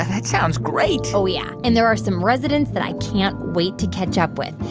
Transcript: ah that sounds great oh, yeah. and there are some residents that i can't wait to catch up with.